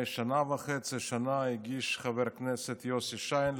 שנה-שנה וחצי חבר הכנסת לשעבר יוסי שיין,